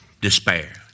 despair